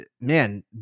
man